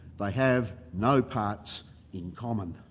they have no parts in common.